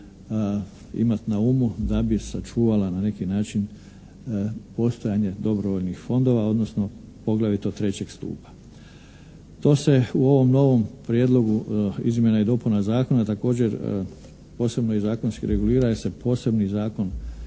imati na umu da bi sačuvala na neki način postojanje dobrovoljnih fondova odnosno poglavito trećeg stupa. To se u ovom novom prijedlogu izmjena i dopuna zakona također posebno i zakonski regulira jer se posebni zakon